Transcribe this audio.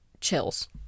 chills